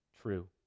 true